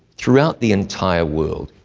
throughout the entire world.